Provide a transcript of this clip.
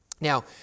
Now